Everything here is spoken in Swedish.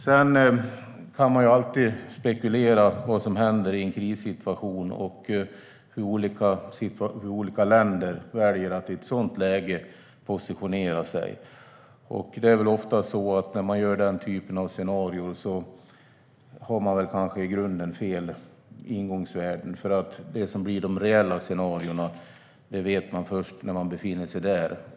Man kan alltid spekulera i vad som händer i en krissituation och hur olika länder väljer att positionera sig i ett sådant läge. Men när man gör den typen av scenarier har man ofta i grunden fel ingångsvärden, för vad som blir de reella scenarierna vet man först när man befinner sig där.